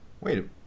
Wait